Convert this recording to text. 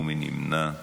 מי נמנע?